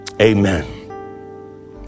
Amen